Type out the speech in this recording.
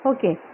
Okay